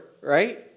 right